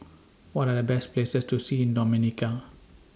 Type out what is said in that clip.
What Are The Best Places to See in Dominica